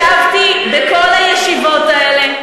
ישבתי בכל הישיבות האלה,